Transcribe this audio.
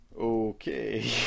Okay